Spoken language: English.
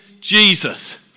Jesus